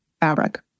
fabric